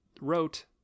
wrote